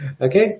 Okay